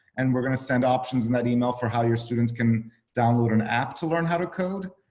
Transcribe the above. and we're gonna send options in that email for how your students can download an app to learn how to code.